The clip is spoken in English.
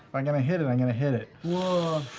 i'm going to hit it, i'm going to hit it.